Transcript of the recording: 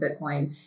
Bitcoin